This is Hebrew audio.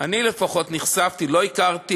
שאני לפחות נחשפתי, לא הכרתי